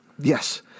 Yes